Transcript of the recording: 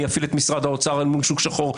אני אפעיל את משרד האוצר אל מול שוק שחור,